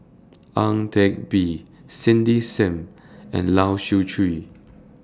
Ang Teck Bee Cindy SIM and Lai Siu Chiu